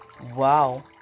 wow